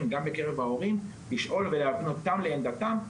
וגם בקרב ההורים ולפנות ולשאול את עמדתם.